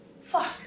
fuck